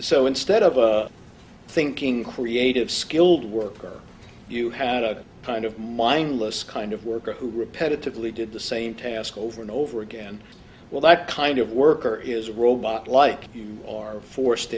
so instead of thinking creative skilled worker you had a kind of mindless kind of worker who repetitively did the same task over and over again well that kind of worker is robot like you are forced